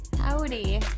Howdy